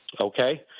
okay